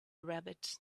rabbit